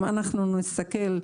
אם נסתכל,